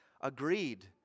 Agreed